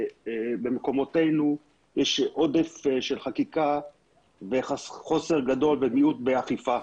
במקומותינו יש עודף של חקיקה וחוסר גדול ומיעוט באכיפה.